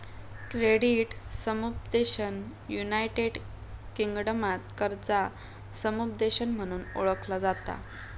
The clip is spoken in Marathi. क्रेडिट समुपदेशन युनायटेड किंगडमात कर्जा समुपदेशन म्हणून ओळखला जाता